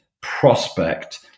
prospect